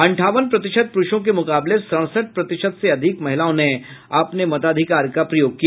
अंठावन प्रतिशत पुरूषों के मुकाबले सड़सठ प्रतिशत से अधिक महिलाओं ने अपने मताधिकार का प्रयोग किया